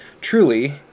Truly